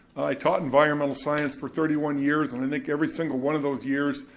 i taught environmental science for thirty one years and i think every single one of those years,